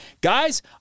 guys